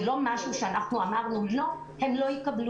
זה לא משהו שאנחנו אמרנו: לא, הם לא יקבלו.